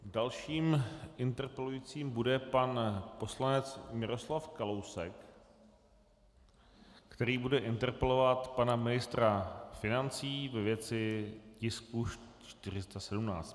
Dalším interpelujícím bude pan poslanec Miroslav Kalousek, který bude interpelovat pana ministra financí ve věci tisku 417.